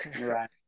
Right